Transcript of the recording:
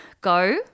go